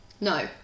No